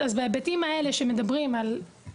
אז כל האסדרה הזאת בהיבטים של נותן